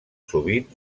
sovint